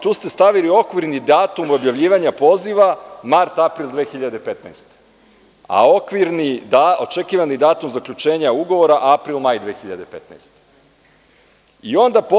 Tu ste stavili okvirni datum objavljivanja poziva mart-april 2015. godine, a očekivani datum zaključenja ugovora april-maj 2015. godine.